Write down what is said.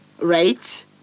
right